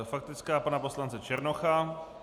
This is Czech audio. Faktická pana poslance Černocha.